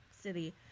city